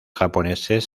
japoneses